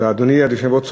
אדוני היושב-ראש צודק.